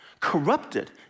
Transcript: Corrupted